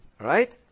right